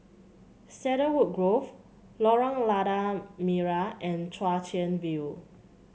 Cedarwood Grove Lorong Lada Merah and Chwee Chian View